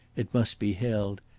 it must be held,